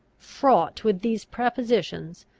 fraught with these prepossessions,